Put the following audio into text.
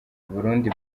burundi